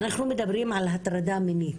אנחנו מדברים על הטרדה מינית,